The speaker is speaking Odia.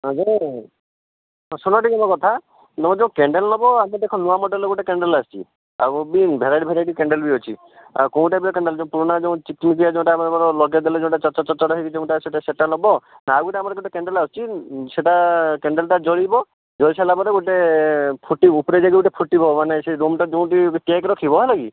ନେବ ନା ନାହିଁ ହଁ ଶୂଣ ଟିକିଏ ମୋ କଥା ମୋର ଯେଉଁ କ୍ୟାଣ୍ଡେଲ୍ ନେବ ଗୋଟିଏ ଏବେ ଦେଖ ଗୋଟିଏ ନୂଆ ମଡ଼େଲ୍ର କ୍ୟାଣ୍ଡେଲ୍ ଆସିଛି ଆଉ ବି ଭେରାଇଟି ଭେରାଇଟି କ୍ୟାଣ୍ଡେଲ୍ ବି ଅଛି ଆଉ କେଉଁ ଟାଇପ୍ର କ୍ୟାଣ୍ଡେଲ୍ ପୁରୁଣା ଯେଉଁ ଚିକ୍ ଚିକ୍ ଯେଉଁଟା ଆମେ ଧର ଲଗାଇ ଦେଲେ ଯେଉଁ ଚଡ଼ ଚଡ଼ ଚଡ଼ ହୋଇ ଯେଉଁଟା ସେହିଟା ସେହିଟା ନେବ ନା ଆଉ ଗୋଟିଏ ଆମର ଗୋଟିଏ କ୍ୟାଣ୍ଡେଲ୍ ଅଛି ସେଟା କ୍ୟାଣ୍ଡେଲ୍ଟା ଜଳିବ ଜଳି ସାରିଲାପରେ ଗୁଟେ ଫୁଟିବ ଉପର ଯେ ଯେଉଁଟା ଫୁଟିବ ମାନେ ସେ ଗମଟା ଯେଉଁଟି କେକ୍ ରଖିବ ହେଲା କି